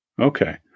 Okay